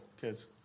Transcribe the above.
kids